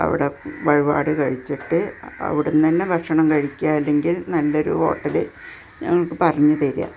അവിടെ വഴിപാട് കഴിച്ചിട്ട് അവിടന്നെന്നെ ഭക്ഷണം കഴിക്കുക അല്ലെങ്കിൽ നല്ലൊരു ഹോട്ടല് ഞങ്ങള്ക്ക് പറഞ്ഞുതരിക